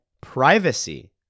privacy